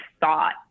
thought